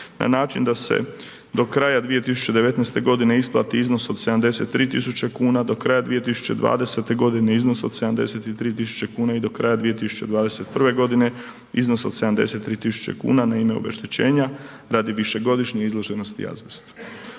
na način da se do kraja 2019. isplati iznos od 73 tisuće kuna, do kraja 2020. iznos od 73 tisuće kn i do kraj 2021. g. iznos od 73 tisuće kuna na ime obeštećenja radi višegodišnje izloženosti azbestu